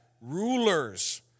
rulers